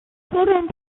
children